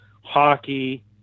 hockey